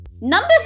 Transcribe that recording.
Number